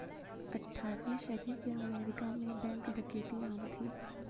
अठारहवीं सदी के अमेरिका में बैंक डकैती आम थी